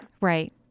Right